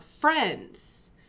friends